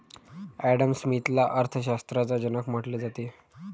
Adam स्मिथला अर्थ शास्त्राचा जनक म्हटले जाते